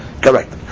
Correct